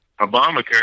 Obamacare